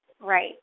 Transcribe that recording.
Right